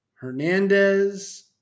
Hernandez